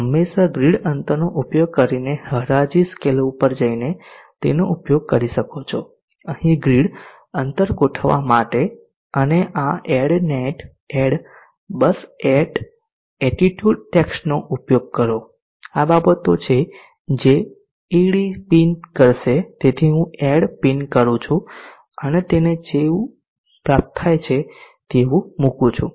તમે હંમેશાં ગ્રીડ અંતરનો ઉપયોગ કરીને હરાજી સ્કેલ ઉપર જઈને તેનો ઉપયોગ કરી શકો છો અહીં ગ્રીડ અંતર ગોઠવવાવા માટે અને આ એડ નેટ ed બસ એટ એટીટ્યુડ ટેક્સ્ટનો ઉપયોગ કરો આ બાબતો છે જે ed પીન કરશે તેથી હું એડ પિન કરું છું અને તેને તે જેવું પ્રાપ્ત થાય છે તેવું મુકું છું